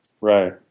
right